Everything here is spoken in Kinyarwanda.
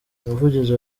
umuvugizi